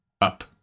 Up